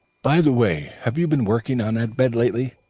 by the way, have you been working on that bed lately?